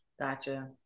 Gotcha